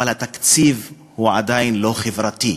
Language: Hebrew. התקציב הוא עדיין לא חברתי.